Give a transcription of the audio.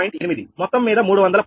8 మొత్తం మీద 310